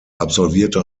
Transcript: absolvierte